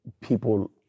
people –